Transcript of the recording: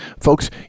folks